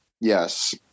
Yes